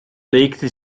legte